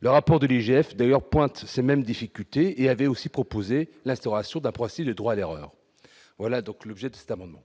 le rapport de l'IGF d'ailleurs pointe ces mêmes difficultés et avait aussi proposé l'instauration d'un si le droit à l'erreur, voilà donc le jet de cette amendement.